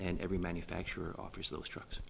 and every manufacturer offers those trucks